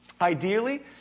Ideally